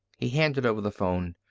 he handed over the phone.